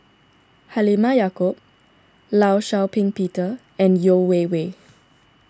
Halimah Yacob Law Shau Ping Peter and Yeo Wei Wei